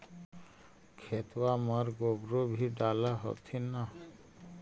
खेतबा मर गोबरो भी डाल होथिन न?